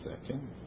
second